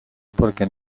porque